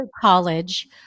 college